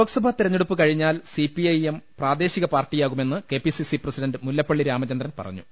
ലോക്സഭാ തെരഞ്ഞെടുപ്പ് കഴിഞ്ഞാൽ C P I M പ്രാദേശിക പാർട്ടിയാകുമെന്ന് K P C C president Mullappally Ramachandran പറഞ്ഞു